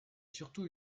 surtout